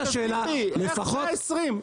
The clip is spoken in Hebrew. תסביר לי איך 120 טון,